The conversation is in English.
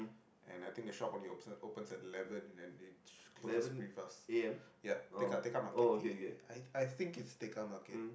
and I think the shop only opens opens at eleven and it closes pretty fast ya Tekka Tekka-Market eh I I think it's Tekka-Market